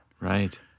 Right